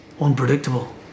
unpredictable